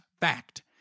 fact